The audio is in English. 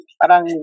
parang